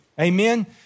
Amen